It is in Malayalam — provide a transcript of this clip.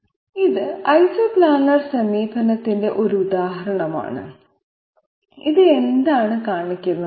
ഇത് ഐസോപ്ലാനർ സമീപനത്തിന്റെ ഒരു ഉദാഹരണമാണ് ഇത് എന്താണ് കാണിക്കുന്നത്